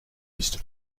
east